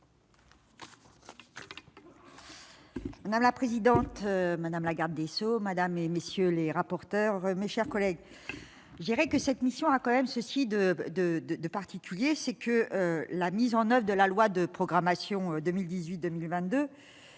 parole. La présidente, madame la garde des sceaux, Madame et messieurs les rapporteurs, mes chers collègues, je dirais que cette mission a quand même ceci de, de, de, de particulier, c'est que la mise en oeuvre et de la loi de programmation 2018,